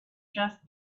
just